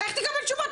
איך תקבל תשובות?